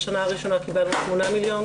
בשנה הראשונה קיבלנו 8 מיליון,